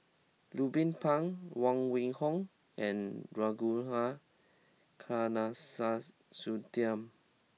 Ruben Pang Huang Wenhong and Ragunathar Kanagasuntheram